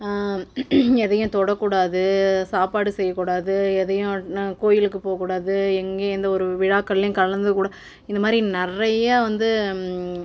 எதையும் தொடக்கூடாது சாப்பாடு செய்யக்கூடாது எதையும் ந கோவிலுக்கு போகக்கூடாது எங்கேயும் எந்த ஒரு விழாக்கள்லேயும் கலந்துக்கூட இந்தமாதிரி நிறையா வந்து